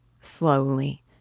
slowly